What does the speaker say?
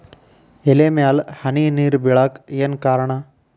ಎಲೆ ಮ್ಯಾಲ್ ಹನಿ ನೇರ್ ಬಿಳಾಕ್ ಏನು ಕಾರಣ?